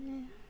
yeah